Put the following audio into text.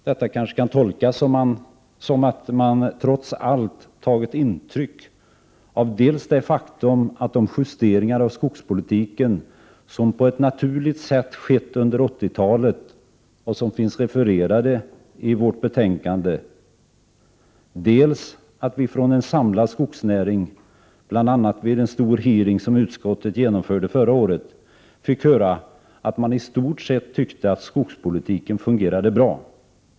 Detta kanske kan tolkas så att man trots allt har tagit intryck av dels det faktum att justeringar av skogspolitiken på ett naturligt sätt har skett under 80-talet, vilka finns refererade i betänkandet, dels att utskottet från en samlad skogsnäring, bl.a. vid en stor hearing förra året, fick höra att man i stort sett tyckte att skogspolitiken fungerade bra.